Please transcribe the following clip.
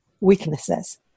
weaknesses